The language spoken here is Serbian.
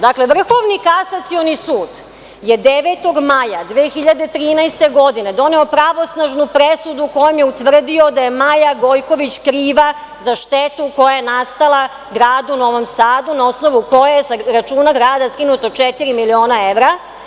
Dakle, Vrhovni kasacioni sud je 9. maja 2013. godine doneo pravosnažnu presudu kojom je utvrdio da je Maja Gojković kriva za štetu koja je nastala gradu Novom Sadu na osnovu koje je sa računa grada skinuto četiri miliona evra.